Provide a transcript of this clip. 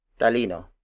Talino